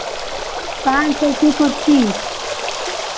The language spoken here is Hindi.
पाँच सौ की कुर्सी